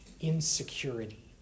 insecurity